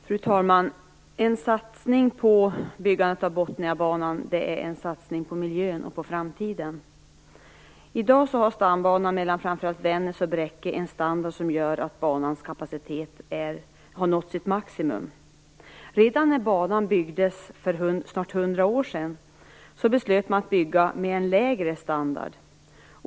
Fru talman! En satsning på byggandet av Botniabanan är en satsning på miljön och på framtiden. I dag har Stambanan mellan framför allt Vännäs och Bräcke en standard som gör att banans kapacitet har nått sitt maximum. Redan när banan byggdes för snart 100 år sedan beslöt man att bygga med en lägre standard.